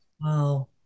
Wow